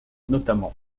notamment